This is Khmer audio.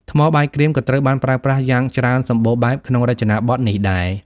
ថ្មបាយក្រៀម ក៏ត្រូវបានប្រើប្រាស់យ៉ាងច្រើនសម្បូរបែបក្នុងរចនាបថនេះដែរ។